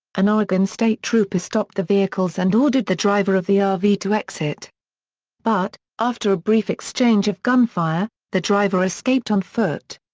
an oregon state trooper stopped the vehicles and ordered the driver of the ah rv to exit but, after a brief exchange of gunfire, the driver escaped on foot.